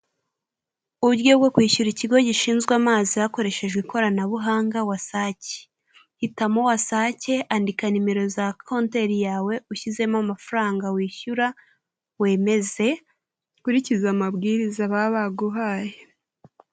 Uburyo bwo kwishyura ikigo gishinzwe amazi hakoreshejwe ikoranabuhanga wasake hitamo wasake, andika nimero za konteri yawe ushyizemo amafaranga wishyura wemeze ukurikize amabwiriza baba baguhaye.